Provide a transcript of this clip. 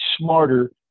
smarter